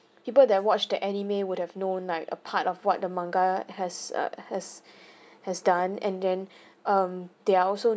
people that watch the anime would have known like a part of what the manga has uh has has done and then um they are also